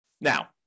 Now